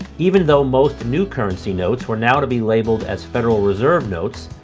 even though most new currency notes were now to be labeled as federal reserve notes,